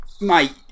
Mate